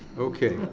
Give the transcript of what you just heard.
okay.